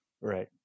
Right